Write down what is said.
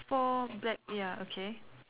four black ya okay